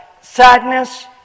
sadness